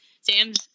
Sam's